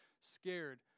scared